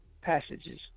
Passages